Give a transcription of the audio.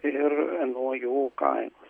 ir nuo jų kainos